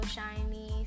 Shiny